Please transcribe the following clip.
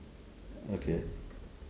okay